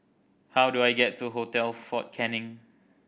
how do I get to Hotel Fort Canning